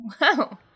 Wow